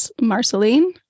Marceline